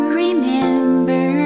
remember